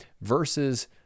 versus